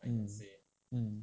mm mm